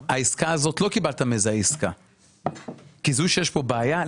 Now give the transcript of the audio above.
נותנים לך מענה כשיש לך בעיה.